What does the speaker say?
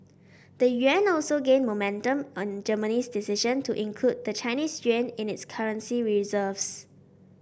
the yuan also gained momentum on Germany's decision to include the Chinese yuan in its currency reserves